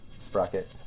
sprocket